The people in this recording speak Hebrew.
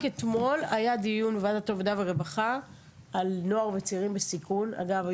רק אתמול היה דיון בוועדת העבודה והרווחה על נוער וצעירים בסיכון אגב,